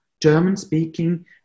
German-speaking